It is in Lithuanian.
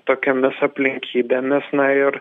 tokiomis aplinkybėmis na ir